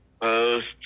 Post